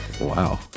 Wow